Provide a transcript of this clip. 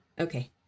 okay